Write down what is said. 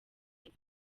neza